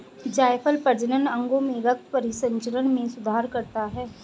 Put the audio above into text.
जायफल प्रजनन अंगों में रक्त परिसंचरण में सुधार करता है